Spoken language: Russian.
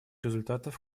результатов